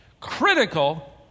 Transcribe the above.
critical